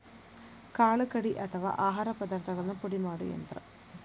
ಕಾಳು ಕಡಿ ಅಥವಾ ಆಹಾರ ಪದಾರ್ಥಗಳನ್ನ ಪುಡಿ ಮಾಡು ಯಂತ್ರ